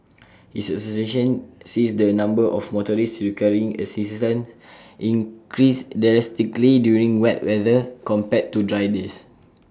his association sees the number of motorists requiring assistance increase drastically during wet weather compared to dry days